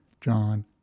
John